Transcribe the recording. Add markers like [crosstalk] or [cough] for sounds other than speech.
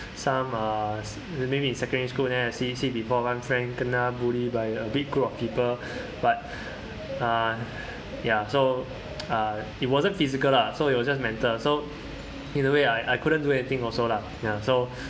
some uh maybe in secondary school then I see see before one friend kena bully by a big group of people but uh ya so uh [noise] it wasn't physical lah so it was just mental so either way I I couldn't do anything also lah ya so